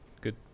good